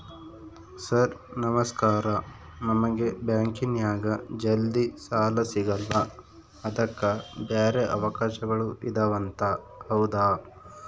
Sir ನಮಸ್ಕಾರ ನಮಗೆ ಬ್ಯಾಂಕಿನ್ಯಾಗ ಜಲ್ದಿ ಸಾಲ ಸಿಗಲ್ಲ ಅದಕ್ಕ ಬ್ಯಾರೆ ಅವಕಾಶಗಳು ಇದವಂತ ಹೌದಾ?